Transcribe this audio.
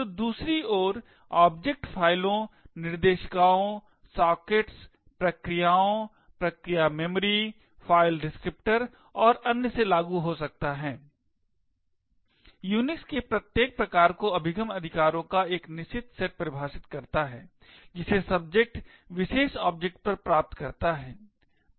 तो दूसरी ओर ऑब्जेक्ट फ़ाइलों निर्देशिकाओं सॉकेट्स प्रक्रियाओं प्रक्रिया मेमोरी फ़ाइल डिस्क्रिप्टर और अन्य से अलग हो सकता है यूनिक्स के प्रत्येक प्रकार को अभिगम अधिकारों का एक निश्चित सेट परिभाषित करता है जिसे सबजेक्ट विशेष ऑब्जेक्ट पर प्राप्त करता है